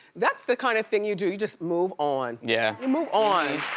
that's the kind of thing you do, you just move on. yeah. you move on.